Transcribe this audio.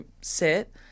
sit